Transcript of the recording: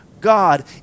God